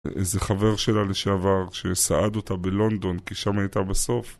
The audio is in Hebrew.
איזה חבר שלה לשעבר שסעד אותה בלונדון כי שם היא הייתה בסוף